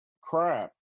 crap